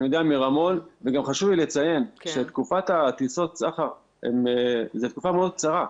גם חשוב לי לציין שתקופת טיסות הסחר זה תקופה מאוד קצרה.